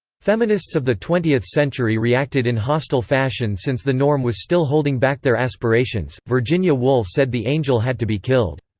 feminists of the twentieth century reacted in hostile fashion since the norm was still holding back their aspirations virginia woolf said the angel had to be killed.